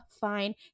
fine